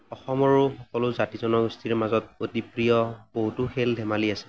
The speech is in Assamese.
অসমৰো সকলো জাতি জনগোষ্ঠীৰ মাজত অতি প্ৰিয় বহুতো খেল ধেমালি আছে